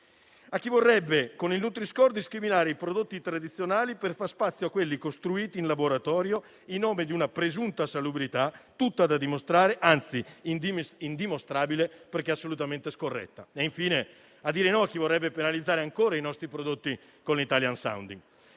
a chi vorrebbe con i nutri-score discriminare i prodotti tradizionali per far spazio a quelli costruiti in laboratorio in nome di una presunta salubrità tutta da dimostrare, anzi indimostrabile perché assolutamente scorretta, e infine a dire no a chi vorrebbe penalizzare ancora i nostri prodotti con l'*italian sounding.*